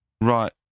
right